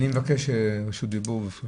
אני מבקש רשות דיבור.